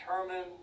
determined